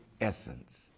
essence